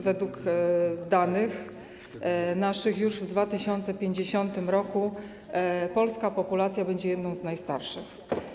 Według naszych danych już w 2050 r. polska populacja będzie jedną z najstarszych.